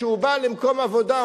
כשהוא בא למקום עבודה,